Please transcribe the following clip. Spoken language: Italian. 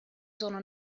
sono